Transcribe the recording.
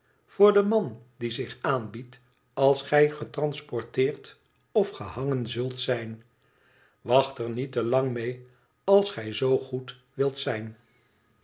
voor den man die zich aanbiedt als gij getransporteerd of gehangen zult zijn wacht er niet te lang mee als gij zoo goed wilt zijn